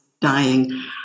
dying